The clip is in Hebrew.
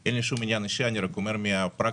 אני רק אומר מהפרקטיקה.